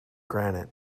granite